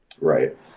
right